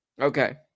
okay